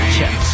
Check